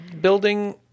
building